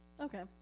okay